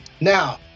Now